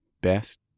best